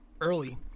early